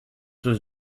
was